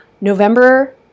November